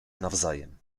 nawzajem